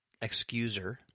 excuser